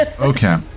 Okay